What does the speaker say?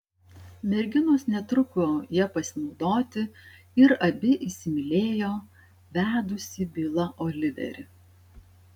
merginos netruko ja pasinaudoti ir abi įsimylėjo vedusį bilą oliverį